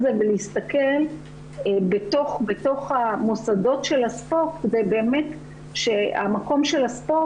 זה ולהסתכל בתוך המוסדות של הספורט ובאמת שהמקום של הספורט